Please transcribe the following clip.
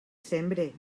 sembre